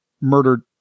murdered